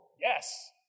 yes